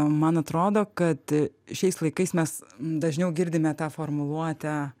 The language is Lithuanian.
man atrodo kad šiais laikais mes dažniau girdime tą formuluotę